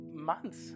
months